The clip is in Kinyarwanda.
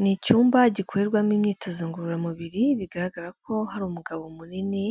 Ni icyumba gikorerwamo imyitozo ngororamubiri, bigaragara ko hari umugabo munini